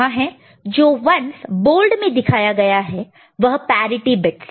जो 1's bold मैं दिखाया गया है वह पैरिटि बिट्स है